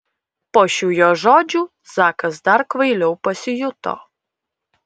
po šių jos žodžių zakas dar kvailiau pasijuto